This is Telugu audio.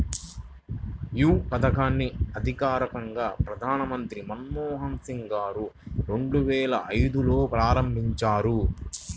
యీ పథకాన్ని అధికారికంగా ప్రధానమంత్రి మన్మోహన్ సింగ్ గారు రెండువేల ఐదులో ప్రారంభించారు